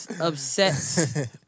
obsessed